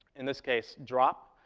in this case, drop.